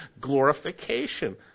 glorification